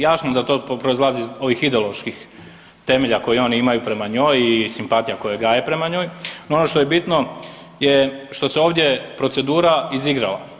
Jasno da to proizlazi iz ovih ideoloških temelja koje oni imaju prema njoj i simpatija koje gaje prema njoj, no ono što je bitno je što se ovdje procedura izigrala.